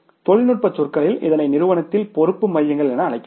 தொழில்நுட்ப சொற்களில் இதனை நிறுவனத்தில் பொறுப்பு மையங்கள் என அழைக்கவும்